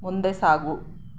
ಮುಂದೆ ಸಾಗು